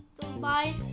Bye